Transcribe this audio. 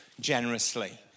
generously